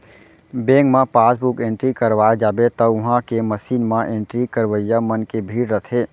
bank मे passbook entry करवाए जाबे त उहॉं के मसीन म एंट्री करवइया मन के भीड़ रथे